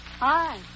Hi